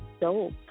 dope